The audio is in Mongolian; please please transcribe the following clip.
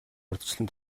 урьдчилан